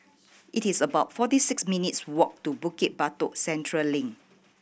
it is about forty six minutes' walk to Bukit Batok Central Link